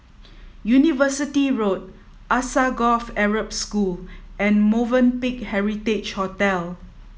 University Road Alsagoff Arab School and Movenpick Heritage Hotel